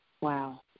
Wow